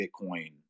Bitcoin